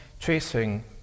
tracing